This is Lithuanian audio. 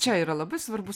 čia yra labai svarbus